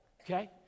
okay